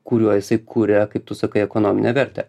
kuriuo jisai kuria kaip tu sakai ekonominę vertę